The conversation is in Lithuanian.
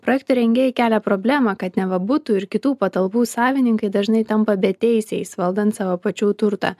projekto rengėjai kelia problemą kad neva butų ir kitų patalpų savininkai dažnai tampa beteisiais valdant savo pačių turtą